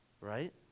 Right